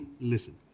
listen